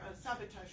sabotage